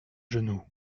genoux